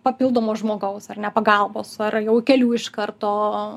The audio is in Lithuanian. papildomo žmogaus ar ne pagalbos ar jau kelių iš karto